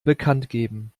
bekanntgeben